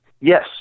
Yes